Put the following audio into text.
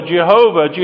Jehovah